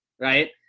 right